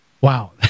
Wow